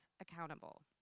accountable